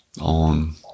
on